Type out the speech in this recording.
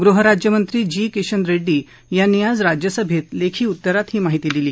गृहराज्यमंत्री जी किशन रेड्डी यांनी आज राज्यसभेत लेखी उत्तरात ही माहिती दिली